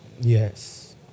Yes